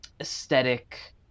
aesthetic